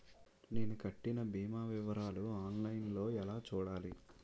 నేను కట్టిన భీమా వివరాలు ఆన్ లైన్ లో ఎలా చూడాలి?